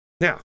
Now